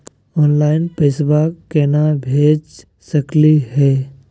Online पैसवा केना भेज सकली हे?